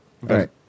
Right